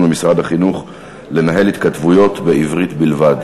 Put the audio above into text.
במשרד החינוך לנהל התכתבויות בעברית בלבד.